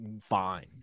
fine